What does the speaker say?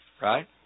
Right